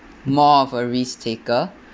more of a risk-taker